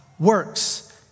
Works